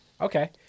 Okay